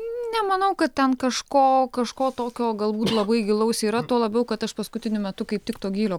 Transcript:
nemanau kad ten kažko kažko tokio galbūt labai gilaus yra tuo labiau kad aš paskutiniu metu kaip tik to gylio